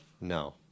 No